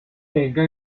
tenga